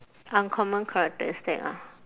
uncommon characteristic ah